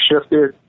shifted